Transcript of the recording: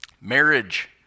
marriage